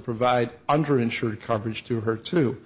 provide under insured coverage to to her